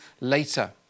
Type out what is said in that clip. later